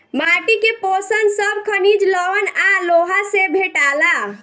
माटी के पोषण सब खनिज, लवण आ लोहा से भेटाला